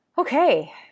okay